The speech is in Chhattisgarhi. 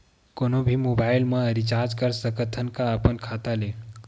कोनो भी मोबाइल मा रिचार्ज कर सकथव का अपन खाता ले?